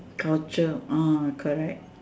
culture ah correct